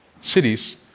Cities